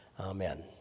Amen